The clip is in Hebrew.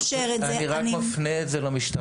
אני רק מפנה את זה למשטרה.